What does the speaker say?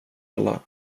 alla